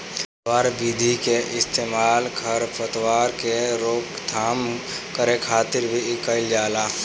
पलवार विधि के इस्तेमाल खर पतवार के रोकथाम करे खातिर भी कइल जाला